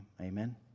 amen